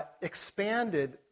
expanded